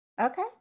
Okay